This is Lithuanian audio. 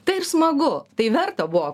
tai ir smagu tai verta buvo